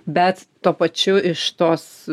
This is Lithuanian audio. bet tuo pačiu iš tos